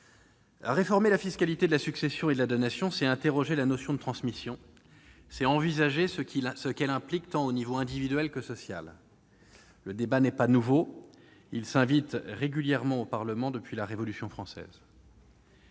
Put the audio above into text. Réformer la fiscalité de la succession et de la donation, c'est interroger la notion de transmission ; c'est envisager ce qu'elle implique, au niveau tant individuel que social. Le débat n'est pas nouveau ; il s'invite régulièrement au Parlement depuis la Révolution française.